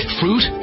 fruit